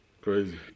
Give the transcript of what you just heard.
Crazy